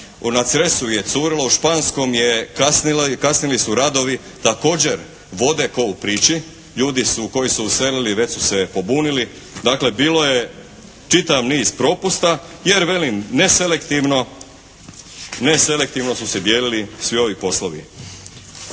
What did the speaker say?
Na Cresu je curilo, u Španskom je kasnila i kasnili su radovi. Također vode ko u priči. Ljudi su, koji su uselili već su se pobunili. Dakle bilo je čitav niz propusta jer velim neselektivno, neselektivno su se dijelili svi ovi poslovi.